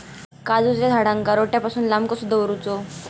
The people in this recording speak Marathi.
काजूच्या झाडांका रोट्या पासून लांब कसो दवरूचो?